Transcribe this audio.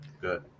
Good